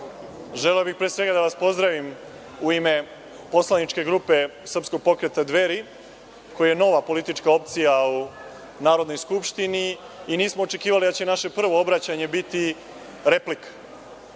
bih, pre svega, da vas pozdravim u ime Poslaničke grupe Srpskog pokreta „Dveri“, koji je nova politička opcija u Narodnoj skupštini i nismo očekivali da će naše prvo obraćanje biti replika.Međutim,